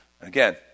Again